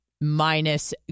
minus